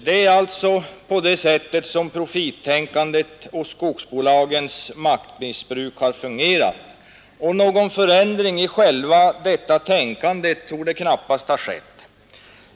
Det är alltså på det sättet som profittänkandet och skogsbolagens maktmissbruk har fungerat, och någon förändring i själva tänkandet torde knappast ha skett.